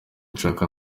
nshaka